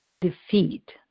defeat